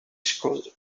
school